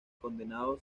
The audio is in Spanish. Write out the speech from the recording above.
condenado